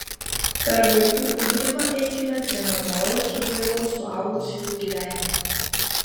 per vaikų ugdymą eikime prie normalaus ir blaivaus suaugusiųjų gyvenimo